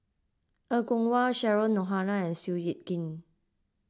Er Kwong Wah Cheryl Noronha and Seow Yit Kin